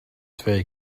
twee